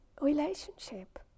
relationship